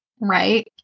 right